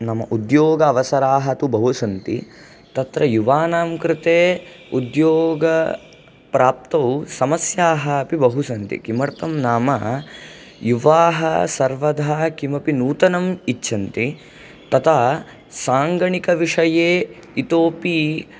नाम उद्योगावसराः तु बहु सन्ति तत्र युवानां कृते उद्योगप्राप्तौ समस्याः अपि बहु सन्ति किमर्थं नाम युवाः सर्वधा किमपि नूतनम् इच्छन्ति तथा साङ्गणिकविषये इतोऽपि